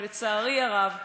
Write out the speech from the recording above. ולצערי הרב,